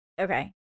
okay